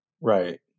right